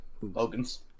Logan's